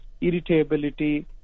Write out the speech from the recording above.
irritability